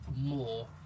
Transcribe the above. more